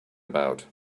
about